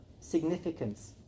significance